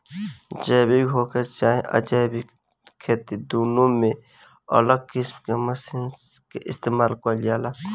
जैविक होखे चाहे अजैविक खेती दुनो में अलग किस्म के मशीन के इस्तमाल कईल जाला